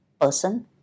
person